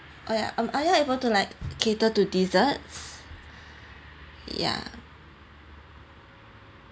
oh yeah um are you able to like cater to desserts ya